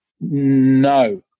No